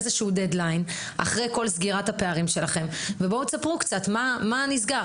תנו לנו דד ליין אחרי כל סגירת הפערים שלכם וספרו מה נסגר,